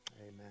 amen